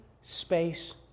space